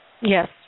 Yes